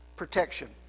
protection